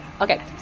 okay